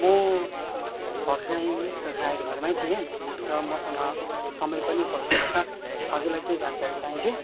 म त सायद घरमै थिएँ र मसँग समय पनि उपलब्ध छ हजुरलाई के जानकारी चाहिन्थ्यो